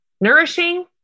nourishing